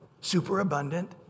superabundant